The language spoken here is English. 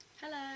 Hello